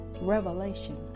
revelation